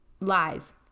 lies